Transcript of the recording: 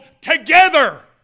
together